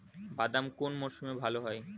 বাদাম কোন মরশুমে ভাল হয়?